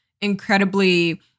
incredibly